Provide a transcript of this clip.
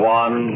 one